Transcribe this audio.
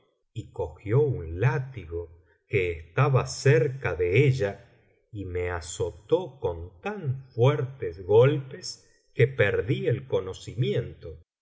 y cogió un látigo que estaba cerca de ella y me azotó con tan fuertes golpes que perdí el conocimiento